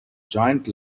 giant